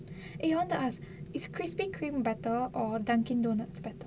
eh want to ask is Krispy Kreme better or Dunkin' Donuts better